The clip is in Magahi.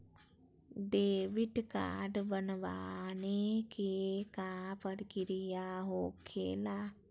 डेबिट कार्ड बनवाने के का प्रक्रिया होखेला?